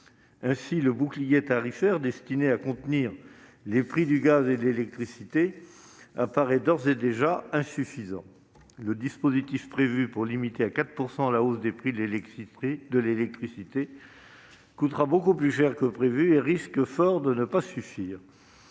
Ainsi le « bouclier tarifaire » destiné à contenir les prix du gaz et de l'électricité apparaît-il d'ores et déjà insuffisant. Le dispositif prévu pour limiter à 4 % la hausse des prix de l'électricité coûtera beaucoup plus cher que prévu et risque fort de ne pas suffire.